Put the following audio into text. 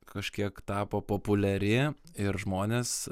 kažkiek tapo populiari ir žmonės